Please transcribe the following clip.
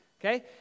okay